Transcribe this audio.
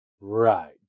Right